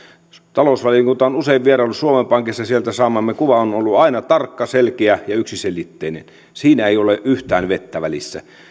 talousvaliokunta on usein vieraillut suomen pankissa sieltä saamamme kuva on ollut aina tarkka selkeä ja yksiselitteinen siinä ei ole yhtään vettä välissä